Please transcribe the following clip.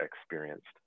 experienced